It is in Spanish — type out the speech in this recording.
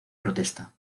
protesta